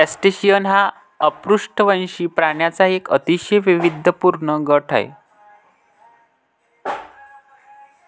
crustacean हा अपृष्ठवंशी प्राण्यांचा एक अतिशय वैविध्यपूर्ण गट आहे